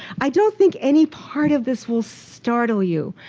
i don't think any part of this will startle you.